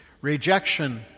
rejection